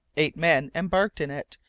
eight men embarked in it,